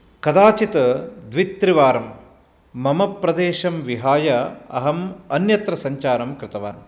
कदाचित् द्वित्रवारं मम प्रदेशं विहाय अहं अन्यत्र सञ्चारं कृतवान्